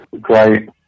Great